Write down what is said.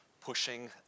pushing